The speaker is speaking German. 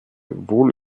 wohl